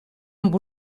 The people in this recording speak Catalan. amb